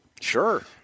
sure